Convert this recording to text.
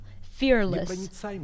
fearless